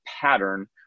pattern